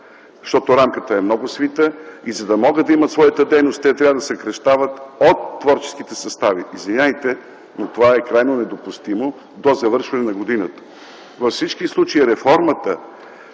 Защото рамката е много свита и за да могат да имат своята дейност, те трябва да съкращават от творческите състави. Извинявайте, но това е крайно недопустимо до завършване на годината. Във всички случаи реформата,